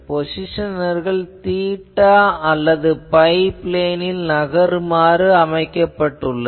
பொசிசனர்கள் தீட்டா அல்லது phi ப்ளேனில் நகருமாறு அமைக்கப்பட்டுள்ளது